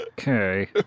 Okay